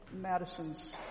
Madison's